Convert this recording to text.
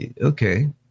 okay